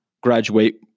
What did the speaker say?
Graduate